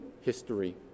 history